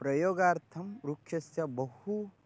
प्रयोगार्थं वृक्षस्य बहु